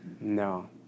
No